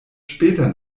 später